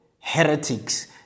heretics